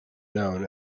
known